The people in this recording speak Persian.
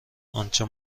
آنچه